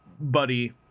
buddy